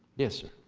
yes sir.